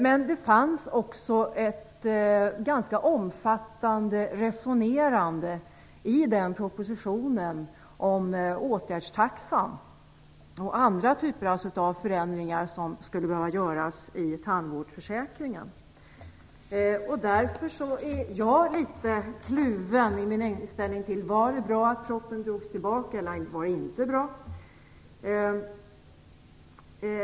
Men det fanns också ett ganska omfattande resonerande i den propositionen om åtgärdstaxan och andra typer av förändringar som skulle behöva göras i tandvårdsförsäkringen. Därför är jag litet kluven i min inställning till frågan om det var bra att propositionen drogs tillbaka eller inte.